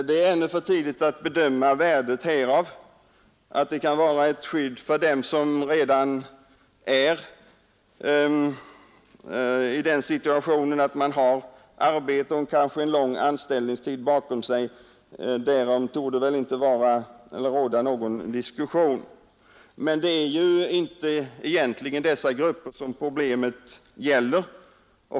Det är ännu för tidigt att bedöma effekten därav. Att dessa bestämmelser kan vara ett skydd för dem som redan har ett arbete och en lång anställningstid bakom sig därom torde inte råda någon diskussion. Men det är ju egentligen inte dessa grupper som problemet gäller.